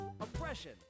oppression